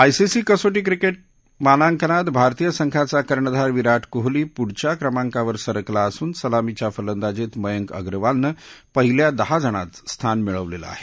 ICC कसोटी cricket मानांकनात भारतीय संघाचा कर्णधार विराट कोहली पुढच्या क्रमांकावर सरकला असून सलामीचा फलंदाजीत मयंक अप्रवालनं पहिल्या दहा जणांत स्थान मिळालेलं आहे